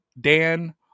Dan